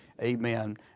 Amen